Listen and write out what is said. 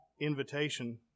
invitation